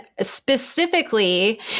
specifically